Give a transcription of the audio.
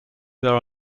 there